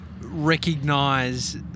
recognise